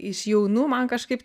iš jaunų man kažkaip